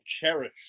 cherish